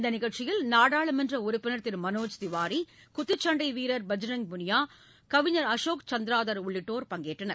இந்த நிகழ்ச்சியில் நாடாளுமன்ற உறுப்பினர் மற்றும் பாடகர் திரு மனோஜ் திவாரி குத்துச்சண்டை வீரர் பஜ்ரங் பூனியா கவிஞர் அசோக் சந்திராதர் உள்ளிட்டோர் பங்கேற்றனர்